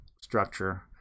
structure